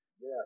Yes